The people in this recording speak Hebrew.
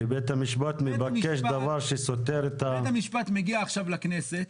שבית המשפט מבקש דבר שסותר את ה --- בית המשפט מגיע עכשיו לכנסת,